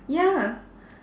ya